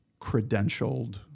credentialed